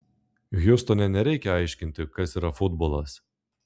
hjustone nereikia aiškinti kas yra futbolas